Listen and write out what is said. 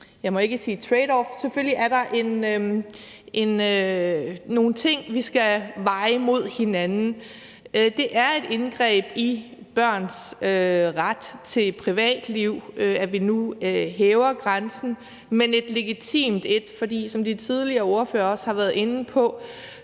jeg må ikke sige tradeoff, men altså nogle ting, vi skal veje mod hinanden. Det er et indgreb i børns ret til et privatliv, at vi nu hæver grænsen, men et legitimt et, for som de tidligere ordførere også har været inde på,